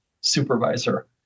supervisor